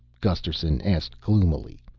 gusterson asked gloomily.